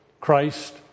Christ